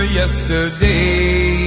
yesterday